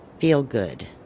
feel-good